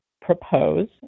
propose